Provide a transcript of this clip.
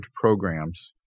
programs